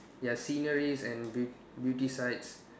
ya sceneries and beaut~ beauty sites